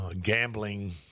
gambling